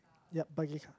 yup but is